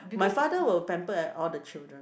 my father will pamper at all the children